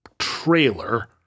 trailer